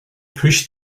pushed